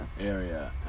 Area